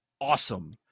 awesome